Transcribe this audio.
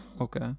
Okay